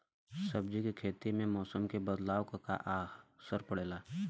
सब्जी के खेती में मौसम के बदलाव क का असर होला?